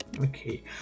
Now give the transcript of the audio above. Okay